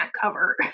cover